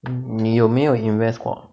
你有没有 invest 过